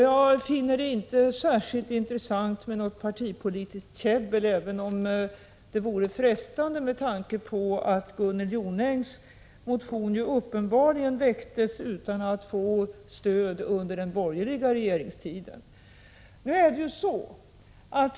Jag finner det inte särskilt intressant med något partipolitiskt käbbel, även om det vore frestande med tanke på att Gunnel Jonängs motion ju uppenbarligen väcktes utan att få stöd under den borgerliga regeringstiden.